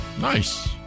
Nice